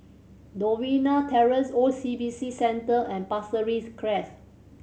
Novena Terrace O C B C Centre and Pasir Ris Crest